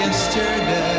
Yesterday